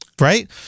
right